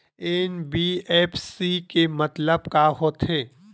NBFC के मतलब का होथे?